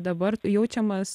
dabar jaučiamas